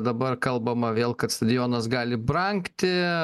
dabar kalbama vėl kad stadionas gali brangti